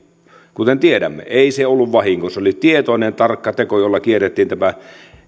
kuten tiedämme ei se ollut vahinko se oli tietoinen tarkka teko jolla kierrettiin tämä